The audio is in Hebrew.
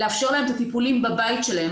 לאפשר להם את הטיפולים בבית שלהם.